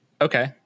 Okay